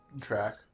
Track